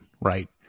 right